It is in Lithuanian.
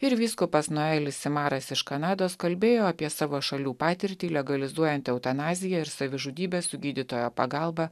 ir vyskupas noelis simaras iš kanados kalbėjo apie savo šalių patirtį legalizuojant eutanaziją ir savižudybes su gydytojo pagalba